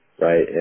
right